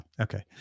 okay